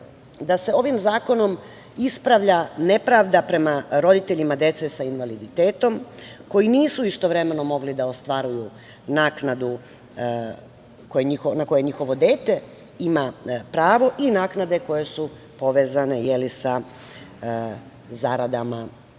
da se ovim zakonom ispravlja nepravda prema roditeljima dece sa invaliditetom koji nisu istovremeno mogli da ostvaruju naknadu na koje njihovo dete ima pravo i naknade koje su povezane sa zaradama